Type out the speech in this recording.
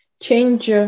change